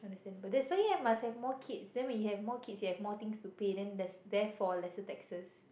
that's why you must have more kids then when you have more kids you have more things to pay then that's therefore lesser taxes